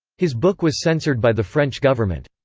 his book was censored by the french government.